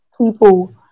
people